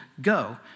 go